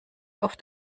oft